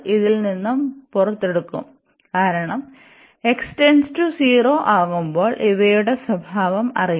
ഇതിൽ നിന്ന് പുറത്തെടുക്കും കാരണം ആകുമ്പോൾ ഇവയുടെ സ്വഭാവം അറിയണം